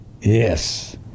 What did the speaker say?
Yes